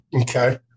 okay